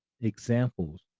examples